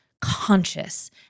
conscious